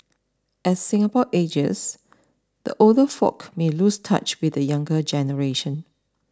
as Singapore ages the older folk may lose touch with the younger generation